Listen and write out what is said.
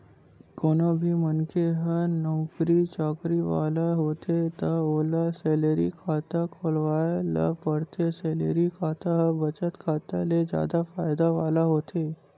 कोनो भी मनखे ह नउकरी चाकरी वाला होथे त ओला सेलरी खाता खोलवाए ल परथे, सेलरी खाता ह बचत खाता ले जादा फायदा वाला होथे